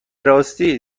راستی